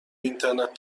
اینترنت